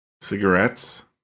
Cigarettes